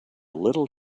little